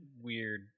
weird